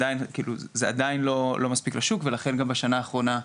זה עדיין לא מספיק לשוק ולכן גם בשנה האחרונה,